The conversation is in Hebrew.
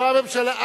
לא הממשלה,